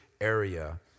area